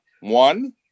One